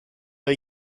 are